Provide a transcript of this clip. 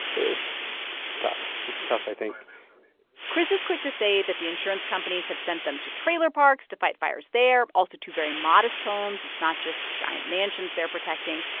it's it's tough. it's tough, i think kris is quick to say that the insurance companies have sent them to trailer parks to fight fires there, also to very modest homes it's not just giant mansions they're protecting.